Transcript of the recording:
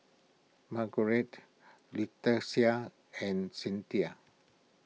Margeret Leticia and Cynthia